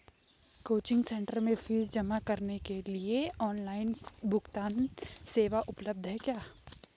Coaching centre में fees जमा करने के लिए ऑनलाइन भुगतान सेवा उपलब्ध है क्या?